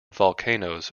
volcanoes